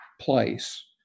place